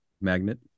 Magnet